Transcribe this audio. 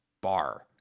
bar